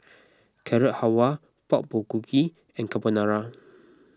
Carrot Halwa Pork Bulgogi and Carbonara